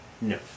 No